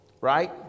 right